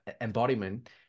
embodiment